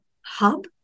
hub